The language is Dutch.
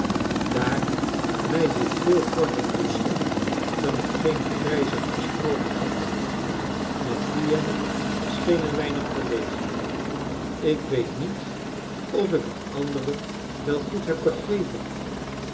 daar mij dit veel korter toescheen dan hetgeen de grijsaard gesproken had mattia scheen een weinig verlegen ik weet niet of ik het andere wel goed heb begrepen